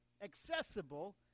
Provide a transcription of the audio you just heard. accessible